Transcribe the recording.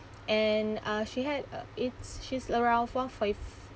and uh she had uh it's she's around one five